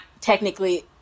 technically